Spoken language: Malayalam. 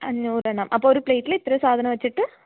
അഞ്ഞൂറെണ്ണം അപ്പോള് ഒരു പ്ലേറ്റില് ഇത്രയും സാധനം വെച്ചിട്ട്